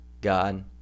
God